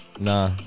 Nah